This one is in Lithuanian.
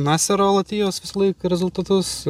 nasero lotijaus visąlaik rezultatus